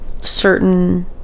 certain